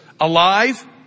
alive